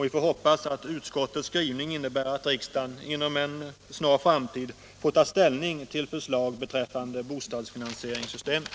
Vi får hoppas att utskottets skrivning innebär att riksdagen inom en snar framtid får ta ställning till förslag beträffande bostadsfinansieringssystemet.